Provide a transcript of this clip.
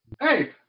Hey